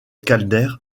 calder